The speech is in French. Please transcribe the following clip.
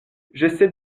j’essaie